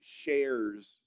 shares